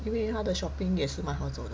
因为他的 shopping 也是蛮好走的 mah